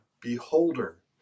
beholder